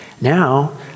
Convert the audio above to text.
now